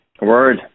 Word